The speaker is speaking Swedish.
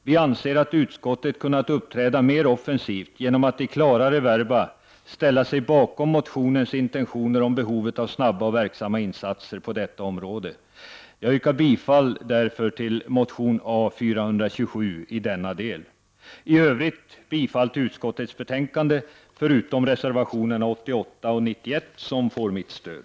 Vi anser att utskottet hade kunnat uppträda mer offensivt genom att i klarare verba ställa sig bakom motionens intentioner om behovet av snabba och verksamma insatser på detta område. Jag yrkar därför bifall till motion 1989/90:A427 i denna del. I övrigt yrkar jag bifall till utskottets hemställan, förutom de punkter som behandlas i reservationerna 88 och 91 som får mitt stöd.